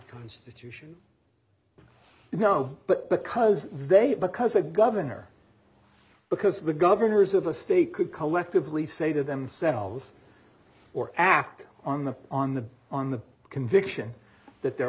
constitution you know but because they because a governor because the governors of a state could collectively say to themselves or act on the on the on the conviction that they're